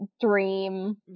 dream